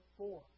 four